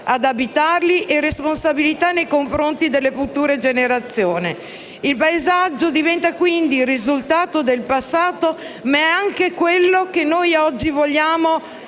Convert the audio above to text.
ad abitarli ed avere responsabilità nei confronti delle future generazioni. Il paesaggio diventa quindi il risultato del passato, ma anche quello che vogliamo